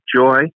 joy